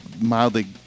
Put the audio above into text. mildly